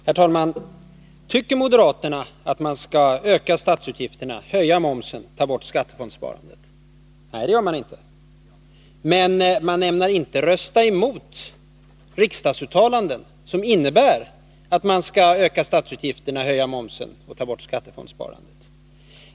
Herr talman! Tycker moderaterna att man skall öka statsutgifterna, höja momsen, ta bort skattefondssparandet? Nej, det gör de inte. Men de ämnar inte rösta emot riksdagsuttalanden som innebär att man skall öka statsutgifterna, höja momsen och ta bort skattefondssparandet.